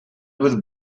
with